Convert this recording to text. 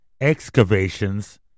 excavations